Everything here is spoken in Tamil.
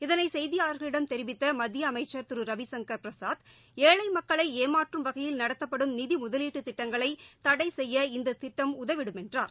இதனை செய்தியாளர்களிடம் தெரிவித்த மத்திய அமைச்சர் திரு ரவிசங்கர் பிரசாத் ஏழை மக்களை ஏமாற்றும் வகையில் நடத்தப்படும் நிதி முதகீட்டு திட்டங்களை தளட செய்ய இந்த சுட்டம் உதவிடும் என்றார்